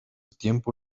tiempo